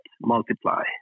multiply